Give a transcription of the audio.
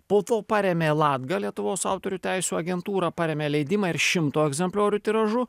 po to parėmė latga lietuvos autorių teisių agentūra parėmė leidimą ir šimto egzempliorių tiražu